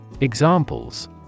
Examples